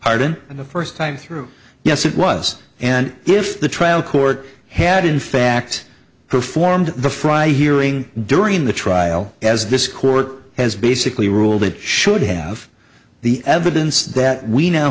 with arden and the first time through yes it was and if the trial court had in fact performed the frye hearing during the trial as this court has basically ruled it should have the evidence that we now